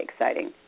exciting